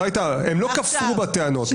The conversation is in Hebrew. הם לא כפרו בטענות.